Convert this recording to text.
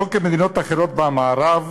שלא כמדינות אחרות במערב,